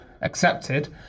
accepted